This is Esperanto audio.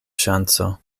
ŝanco